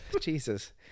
Jesus